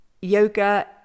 yoga